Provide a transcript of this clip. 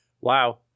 Wow